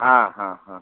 हाँ हाँ हाँ